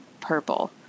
purple